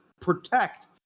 protect